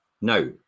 Now